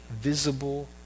visible